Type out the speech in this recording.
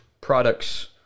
products